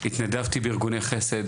התנדבתי בארגוני חסד,